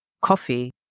coffee